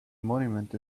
monument